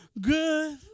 good